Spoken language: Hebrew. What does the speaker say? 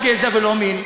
לא גזע ולא מין?